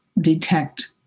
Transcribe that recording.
detect